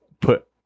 put